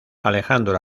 alejandro